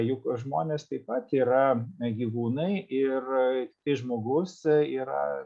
juk žmonės taip pat yra gyvūnai ir jei žmogus yra